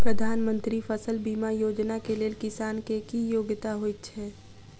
प्रधानमंत्री फसल बीमा योजना केँ लेल किसान केँ की योग्यता होइत छै?